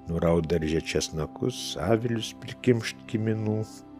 nuraut darže česnakus avilius prikimšt kiminų